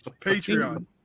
Patreon